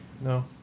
No